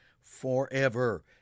forever